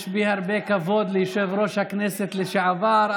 יש בי הרבה כבוד ליושב-ראש הכנסת לשעבר,